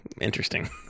Interesting